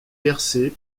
percé